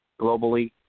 globally